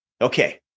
Okay